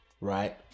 right